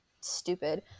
stupid